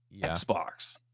Xbox